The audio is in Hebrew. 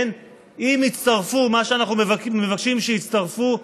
אם יצטרפו אלה שאנחנו מבקשים שיצטרפו,